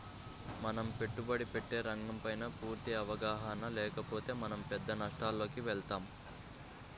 మనం పెట్టుబడి పెట్టే రంగంపైన పూర్తి అవగాహన లేకపోతే మనం పెద్ద నష్టాలలోకి వెళతాం